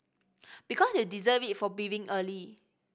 because you deserve it for being early